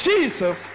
Jesus